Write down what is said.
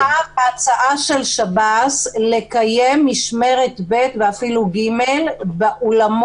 עכשיו ההצעה של שב"ס היא לקיים משמרת ב' ואפילו ג' באולמות